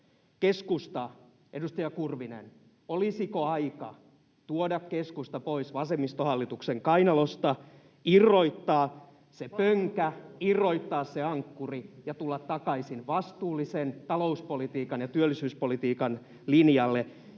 Keskusta ja edustaja Kurvinen, olisiko aika tuoda keskusta pois vasemmistohallituksen kainalosta, irrottaa se pönkä, irrottaa se ankkuri ja tulla takaisin vastuullisen talouspolitiikan ja työllisyyspolitiikan linjalle,